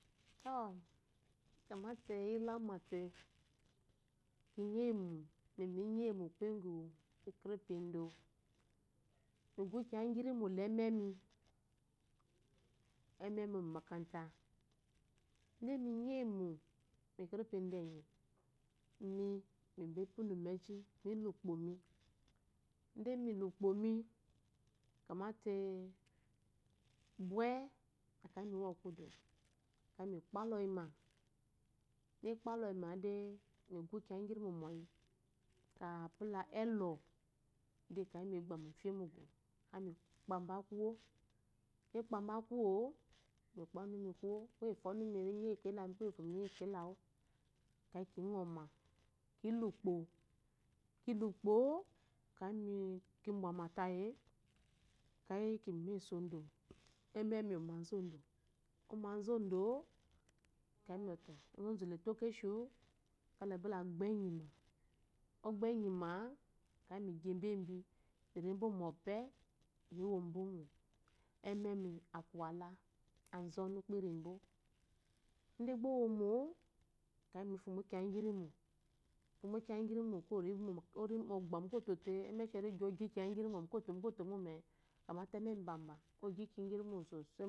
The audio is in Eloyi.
Kyamate iyi ilamate mi nyi eyimo mu etherepi endo migu kiya ngrimo la eme mi ememi ɔyi momakarata inde mi nyi eyimo mu ekerepiu endo enyi mi bho épunu menzhi mi le ukpo mi inde mile ukpo mi kyámaté bwe akeyi miwokúdu akeyi mikpaloyimá mikpa loyi madé migu ngirimo mɔyi ekerepi elo gba iwomo miba mifye mu ugu akeyi mikpa enemi kuwo mikpa mba kuwo akeyi mupa ɔnu mi kuwo kuye ngufo onumi eyimo keyi lami akeyi ki nɔma kile ukpo kilɛukpo kimbwa matayi é akéyi ki ma esu ondo enemi omazu ondo ubwama akeyi kizamba té onzazu le to keshi wú kala gbɔ enyi nmá a gbaɔ enyi má mi gyá mba embi mi rembo mpe mi wombo mo emem akuwala anzonu kpirimbo inde gba owomo ni shinbo kiya ngirimó mo gbá múkúnto té enesheri ɔgi kiyá irimo kyámáte ememi mba mba